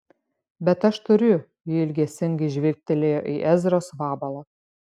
bet aš turiu ji ilgesingai žvilgtelėjo į ezros vabalą